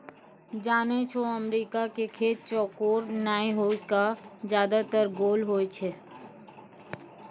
जानै छौ अमेरिका के खेत चौकोर नाय होय कॅ ज्यादातर गोल होय छै